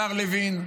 השר לוין,